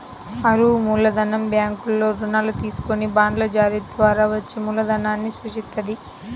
అరువు మూలధనం బ్యాంకుల్లో రుణాలు తీసుకొని బాండ్ల జారీ ద్వారా వచ్చే మూలధనాన్ని సూచిత్తది